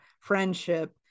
friendship